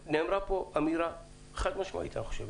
--- נאמרה פה אמירה חד משמעית, אני חושב.